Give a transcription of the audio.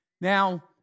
Now